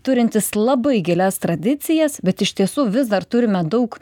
turintis labai gilias tradicijas bet iš tiesų vis dar turime daug